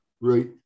Right